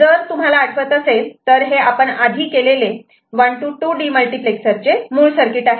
जर तुम्हाला आठवत असेल तर हे आपण आधी केलेले 1 to 2 डीमल्टीप्लेक्सरचे मूळ सर्किट आहे